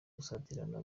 gusatirana